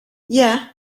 yeah